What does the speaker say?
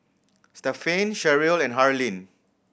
Stephaine Sherrill and Harlene